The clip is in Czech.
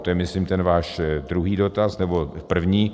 To je myslím ten váš druhý dotaz, nebo první.